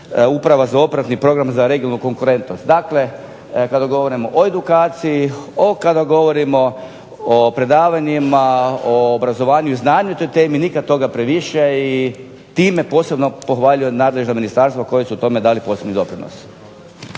Uprava za ... program za regionalnu konkurentnost. Dakle, kada govorimo o edukaciji kada govorimo o predavanjima, o obrazovanju i znanju, nikada toga previše i time posebno pohvaljujem nadležno Ministarstvo koji su tome dali posebni doprinos.